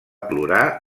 plorar